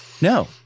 no